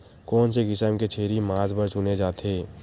कोन से किसम के छेरी मांस बार चुने जाथे?